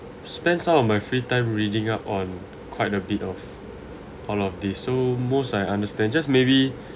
spend some of my free time reading up on quite a bit of all of these so most I understand just maybe